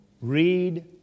Read